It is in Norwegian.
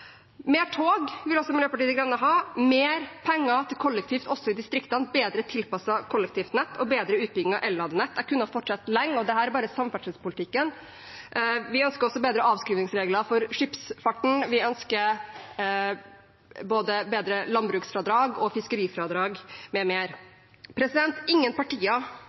Mer tog vil også Miljøpartiet De Grønne ha, mer penger til kollektiv også i distriktene, bedre tilpasset kollektivnett og bedre utbygging av elladenett – jeg kunne ha fortsatt lenge, og dette er bare samferdselspolitikken. Vi ønsker også bedre avskrivingsregler for skipsfarten. Vi ønsker bedre både landbruksfradrag og fiskerifradrag m.m. Ingen partier